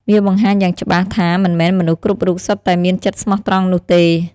វាបង្ហាញយ៉ាងច្បាស់ថាមិនមែនមនុស្សគ្រប់រូបសុទ្ធតែមានចិត្តស្មោះត្រង់នោះទេ។